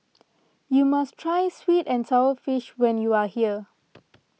you must try Sweet and Sour Fish when you are here